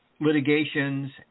litigations